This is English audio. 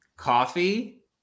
Coffee